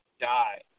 die